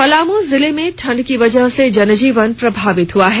पलामू जिल में ठंड की वजह से जनीजवन प्रभावित हुआ है